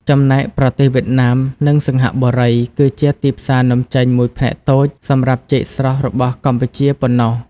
ចំណែកប្រទេសវៀតណាម និងសិង្ហបុរី គឺជាទីផ្សារនាំចេញមួយផ្នែកតូចសម្រាប់ចេកស្រស់របស់កម្ពុជាប៉ុណ្ណោះ។